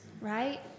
Right